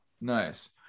Nice